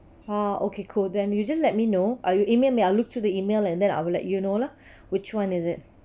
ah okay cool then you just let me know uh you email me I'll look through the email and then I'll let you know lah which one is it